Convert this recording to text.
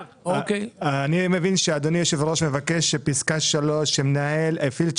אני מבין שאדוני היושב ראש מבקש שבפסקה (3) המנהל יפעיל את